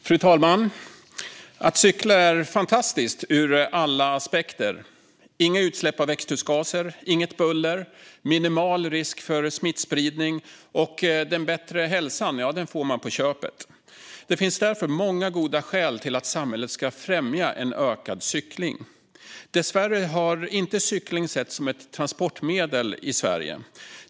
Fru talman! Att cykla är fantastiskt ur alla aspekter: inga utsläpp av växthusgaser, inget buller och minimal risk för smittspridning. Den bättre hälsan får man på köpet. Det finns därför många goda skäl till att samhället ska främja en ökad cykling. Dessvärre har cykling inte setts som ett transportmedel i Sverige.